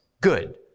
good